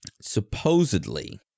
supposedly